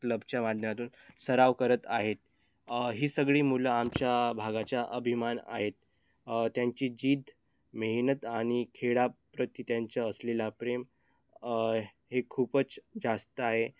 क्लबच्या माध्यमातून सराव करत आहेत ही सगळी मुलं आमच्या भागाच्या अभिमान आहेत त्यांची जिद्द मेहनत आणि खेळाप्रती त्यांच्या असलेला प्रेम हे खूपच जास्त आहे